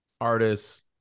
artists